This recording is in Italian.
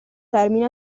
termine